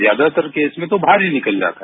ज्यादातर केस में तो बाहर ही निकल जाता है